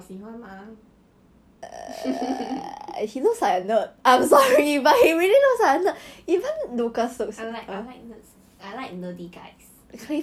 cause you know F_M got seat number then elliot accidentally sit at derrick's seat then after that derrick was like eh bro this one my seat sorry like he say very nice one